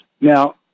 Now